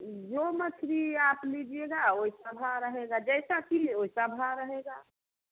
जो मछली आप लीजिएगा वही सब ही रहेगी जैसा किए वैसा भी रहेगा